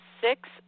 six